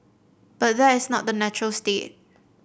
but that is not the natural state